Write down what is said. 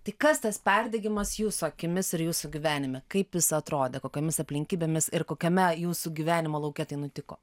tai kas tas perdegimas jūsų akimis ir jūsų gyvenime kaip jis atrodė kokiomis aplinkybėmis ir kokiame jūsų gyvenimo lauke tai nutiko